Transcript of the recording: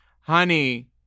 Honey